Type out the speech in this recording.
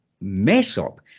mess-up